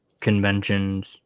conventions